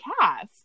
cast